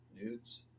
Nudes